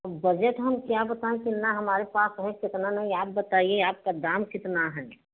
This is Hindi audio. बजट हम क्या बताएं कितना हमारे पास है कितना नहीं आप बताइए आपका दाम कितना है